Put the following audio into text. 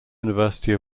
university